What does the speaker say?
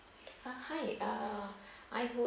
uh hi uh I would